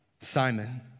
Simon